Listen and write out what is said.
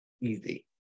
Easy